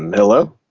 and hello?